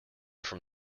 from